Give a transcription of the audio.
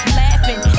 laughing